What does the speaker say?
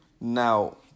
now